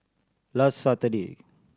last Saturday